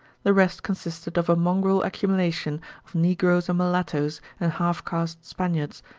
the rest consisted of a mongrel accumulation of negroes and mulattoes and half-caste spaniards,